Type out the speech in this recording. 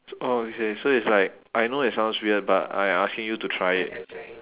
orh okay so it's like I know it sounds weird but I asking you to try it